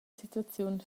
situaziun